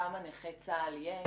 כמה נכי צה"ל יש,